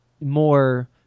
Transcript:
more